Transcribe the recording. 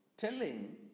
Telling